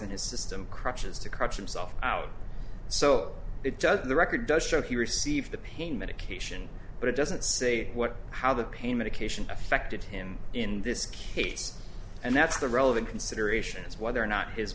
in his system crutches to cut himself out so it doesn't the record does show he received the pain medication but it doesn't say what how the pain medication affected him in this case and that's the relevant consideration is whether or not his